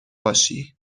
باشی